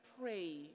pray